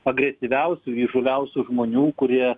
agresyviausių įžūliausių žmonių kurie